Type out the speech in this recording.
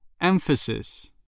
Emphasis